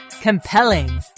Compelling